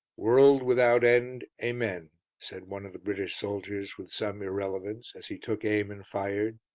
world without end. amen, said one of the british soldiers with some irrelevance as he took aim and fired.